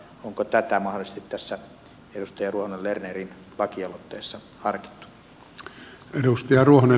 onko tätä mahdollisesti tässä edustaja ruohonen lernerin lakialoitteessa harkittu